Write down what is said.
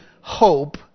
hope